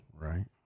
right